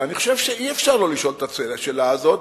ואני חושב שאי-אפשר לא לשאול את השאלה הזאת,